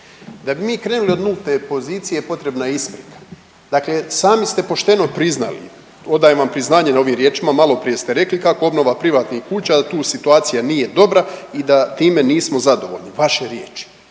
Da bi mi krenuli od nulte pozicije potrebna je isprika, dakle sami ste pošteno priznali, odajem vam priznanje na ovim riječima, maloprije ste rekli kako obnova privatnih kuća da tu situacija nije dobra i da time nismo zadovoljni, vaše riječi.